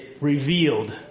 Revealed